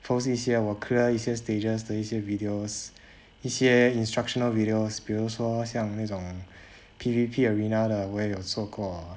post 一些我 clear 一些 stages the 一些 videos 一些 instructional videos 比如说像那种 P_V_P arena 的我也有做过